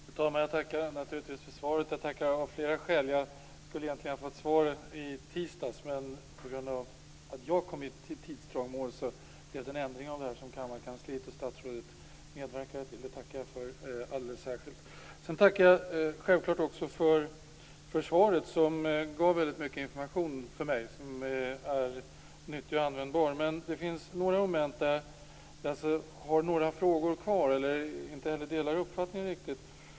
Fru talman! Jag tackar naturligtvis för svaret, och jag tackar av flera skäl. Jag skulle egentligen ha fått svaret i tisdags, men på grund av att jag kom i tidstrångmål blev det en ändring som kammarkansliet och statsrådet medverkade till. Det tackar jag alldeles särskilt för. Jag tackar för svaret som gav mycket nyttig och användbar information till mig. Det finns några moment där jag har frågor kvar eller där vi inte riktigt delar samma uppfattning.